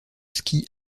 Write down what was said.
ski